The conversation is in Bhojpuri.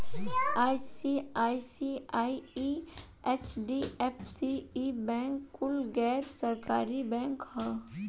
आइ.सी.आइ.सी.आइ, एच.डी.एफ.सी, ई बैंक कुल गैर सरकारी बैंक ह